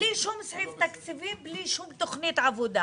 בלי סוף סעיף תקציבי ותוכנית עבודה.